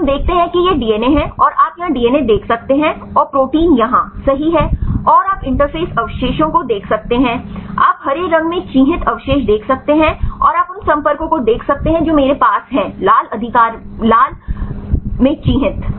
तो हम देखते हैं कि यह डीएनए है आप यहां डीएनए देख सकते हैं और प्रोटीन यहां सही है और आप इंटरफेस अवशेषों को देख सकते हैं आप हरे रंग में चिह्नित अवशेष देख सकते हैं और आप उन संपर्कों को देख सकते हैं जो मेरे पास हैं लाल अधिकार में चिह्नित